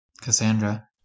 Cassandra